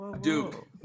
Duke